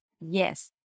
Yes